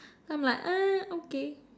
then I'm like okay